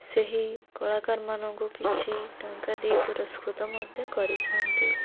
ସେହି କଳାକାରମାନଙ୍କୁ କିଛି ଟଙ୍କା ଦେଇ ପୁରସ୍କୃତ ମଧ୍ୟ କରିଥାନ୍ତି